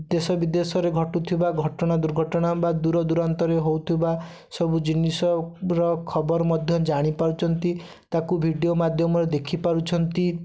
ଦେଶବିଦେଶରେ ଘଟୁଥିବା ଘଟଣା ଦୁର୍ଘଟଣା ବା ଦୂରଦୁରାନ୍ତରେ ହଉଥିବା ସବୁ ଜିନିଷର ଖବର ମଧ୍ୟ ଜାଣିପାରୁଛନ୍ତି ତାକୁ ଭିଡ଼ିଓ ମାଧ୍ୟମରେ ଦେଖିପାରୁଛନ୍ତି